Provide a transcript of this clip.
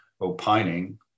opining